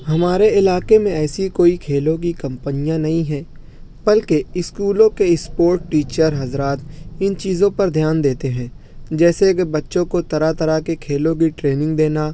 ہمارے علاقے میں ایسی کوئی کھیلوں کی کمپنیاں نہیں ہیں بلکہ اسکولوں کے اسپورٹ ٹیچر حضرات ان چیزوں پر دھیان دیتے ہیں جیسے کہ بچوں کو طرح طرح کے کھیلوں کی ٹرینگ دینا